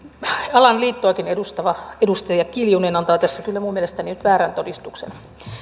alan liittoakin edustava edustaja kiljunen antaa tässä kyllä minun mielestäni nyt väärän todistuksen